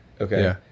Okay